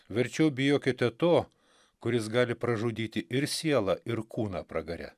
verčiau bijokite to kuris gali pražudyti ir sielą ir kūną pragare